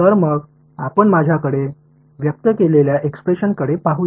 तर मग आपण माझ्याकडे व्यक्त केलेल्या एक्सप्रेशनकडे पाहूया